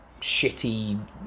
shitty